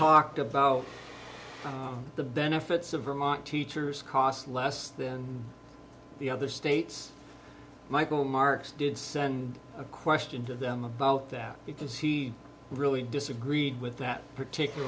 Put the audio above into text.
talked about the benefits of vermont teachers cost less than the other states michael marks did send a question to them about that because he really disagreed with that particular